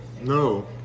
No